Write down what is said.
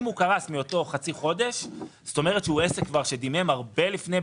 אם הוא קרס מאותו חצי חודש זה אומר שהוא עסק שכבר דימם הרבה לפני.